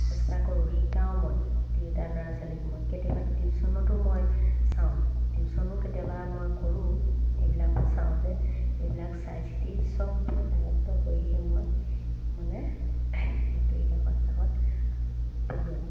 চেষ্টা কৰোঁ শিকাওঁ মই দুই এটা ল'ৰা ছোৱালীক মই কেতিয়াবা টিউশ্যনতো মই চাওঁ টিউশ্যনো কেতিয়াবা মই কৰোঁ এইবিলাকো চাওঁ যে এইবিলাক চাইচিতি চববোৰ আয়ত্ব কৰিহে মই মানে বাতৰিকাকত চাকত পঢ়োঁ